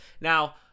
Now